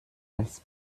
als